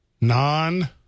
Non